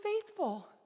faithful